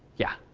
yeah?